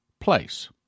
place